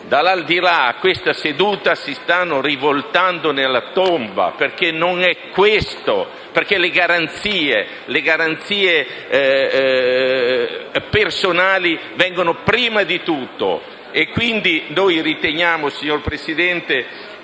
dall'aldilà a questa seduta si stanno rivoltando nella tomba, perché le garanzie personali vengono prima di tutto. Quindi noi riteniamo, signor Presidente,